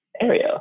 area